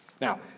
Now